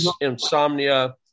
insomnia